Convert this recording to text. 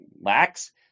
lax